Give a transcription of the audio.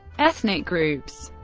ethnic groups